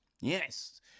yes